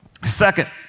Second